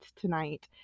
tonight